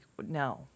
no